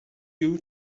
you